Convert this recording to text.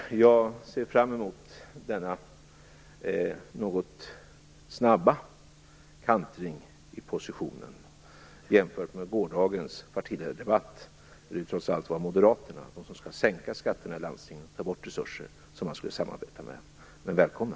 Fru talman! Jag ser fram emot denna något snabba kantring i positionen jämfört med gårdagens partiledardebatt, där det trots allt var Moderaterna - som ju skall sänka skatterna i landstingen och ta bort resurser - som man skulle samarbeta med, men välkomna!